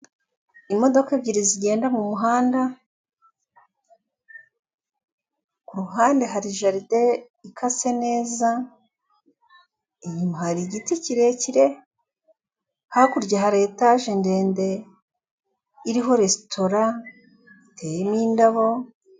Imodoka ebyiri zigenda mu muhanda, ku ruhande hari jaride ikase neza inyuma hari igiti kirekire, hakurya hari etaje ndende iriho resitora, iteyemo indabo